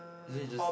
actually it just